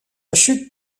chute